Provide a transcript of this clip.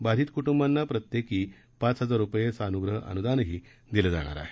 बाधित क्टुंबांना प्रत्येकी पाच हजार रुपये सान्ग्रह अनुदानही दिलं जाणार आहे